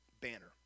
banner